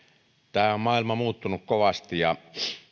tämä maailma on muuttunut kovasti ja